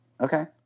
Okay